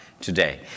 today